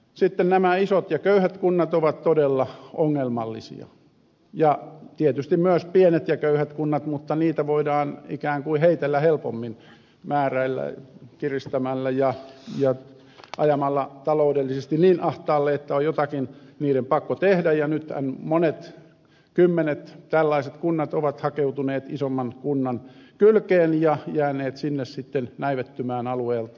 sitten nämä isot ja köyhät kunnat ovat todella ongelmallisia ja tietysti myös pienet ja köyhät kunnat mutta niitä voidaan ikään kuin heitellä helpommin määräillä kiristämällä ja ajamalla taloudellisesti niin ahtaalle että niiden on jotakin pakko tehdä ja nyt monet kymmenet tällaiset kunnat ovat hakeutuneet isomman kunnan kylkeen ja jääneet sinne sitten näivettymään alueeltaan